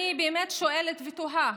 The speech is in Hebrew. אני באמת שואלת ותוהה: